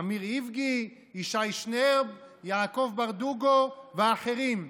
אמיר איבגי, ישי שנרב, יעקב ברדוגו ואחרים,